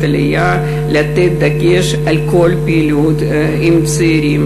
העלייה לתת דגש על כל פעילות עם צעירים.